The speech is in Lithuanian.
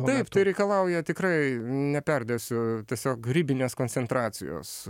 taip tai reikalauja tikrai neperdėsiu tiesiog ribinės koncentracijos